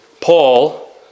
Paul